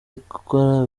gukora